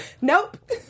Nope